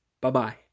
Bye-bye